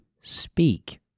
speak